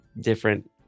different